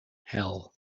hell